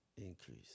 increase